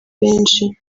benshi